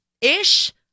ish